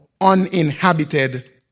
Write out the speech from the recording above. uninhabited